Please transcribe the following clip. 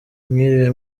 mwiriwe